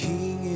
King